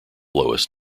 lowest